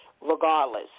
regardless